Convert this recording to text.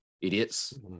idiots